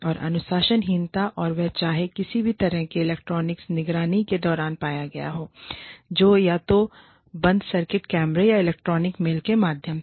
और अनुशासनहीनता और वह चाहे किसी भी तरह की इलेक्ट्रॉनिक निगरानी के दौरान पाया गया हो जैसे या तो बंद सर्किट कैमरों या इलेक्ट्रॉनिक मेल के माध्यम से